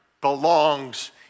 belongs